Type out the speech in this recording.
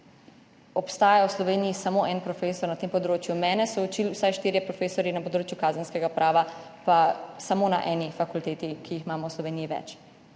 obstaja v Sloveniji samo en profesor na tem področju. Mene so učili vsaj štirje profesorji na področju kazenskega prava, pa samo na eni fakulteti, teh imamo v Sloveniji več.